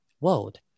world